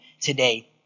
today